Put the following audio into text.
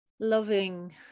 loving